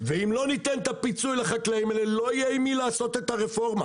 ואם לא ניתן את הפיצוי לחקלאים האלה לא יהיה עם מי לעשות את הרפורמה.